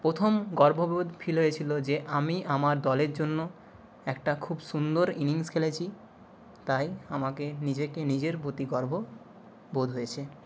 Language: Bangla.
প্রথম গর্ববোধ ফিল হয়েছিলো যে আমি আমার দলের জন্য একটা খুব সুন্দর ইনিংস খেলেছি তাই আমাকে নিজেকে নিজের প্রতি গর্ব বোধ হয়েছে